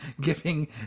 giving